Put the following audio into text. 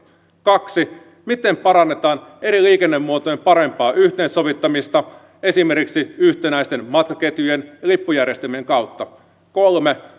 kaksi miten parannetaan eri liikennemuotojen parempaa yhteensovittamista esimerkiksi yhtenäisten matkaketjujen ja lippujärjestelmien kautta kolme